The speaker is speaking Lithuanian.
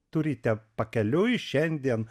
turite pakeliui šiandien